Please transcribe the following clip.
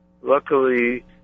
Luckily